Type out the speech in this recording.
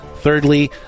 Thirdly